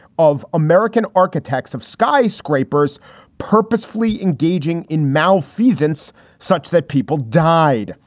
of american architects, of skyscrapers purposefully engaging in malfeasance such that people died.